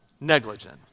negligent